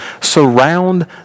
surround